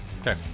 Okay